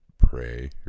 Pray